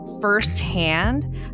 firsthand